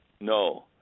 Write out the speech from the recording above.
No